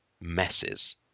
messes